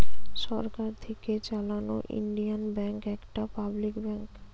সরকার থিকে চালানো Indian bank একটা পাবলিক ব্যাঙ্ক